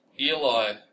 Eli